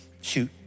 Shoot